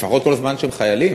לפחות כל זמן שהם חיילים,